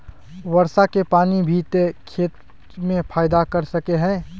वर्षा के पानी भी ते खेत में फायदा कर सके है?